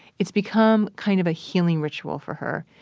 it's become kind of a healing ritual for her.